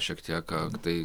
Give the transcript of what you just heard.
šiek tiek ak tai